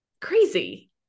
crazy